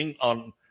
on